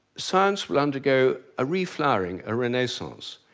science will undergo a reflowering, a renaissance.